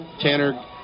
Tanner